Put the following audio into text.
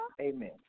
amen